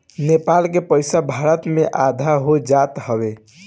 नेपाल के पईसा भारत में आधा हो जात हवे